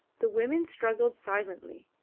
the women struggled silently,